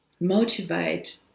motivate